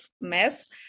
mess